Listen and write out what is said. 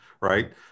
right